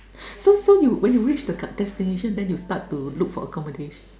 so so you when you reach the c~ destination then you start to look for accommodation